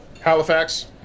Halifax